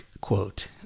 quote